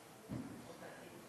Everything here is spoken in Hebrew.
הישיבה כי הצעת חוק לעידוד מקצוע ההוראה,